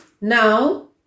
now